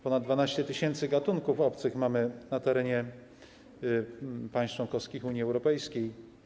Ponad 12 tys. gatunków obcych mamy na terenie państw członkowskich Unii Europejskiej.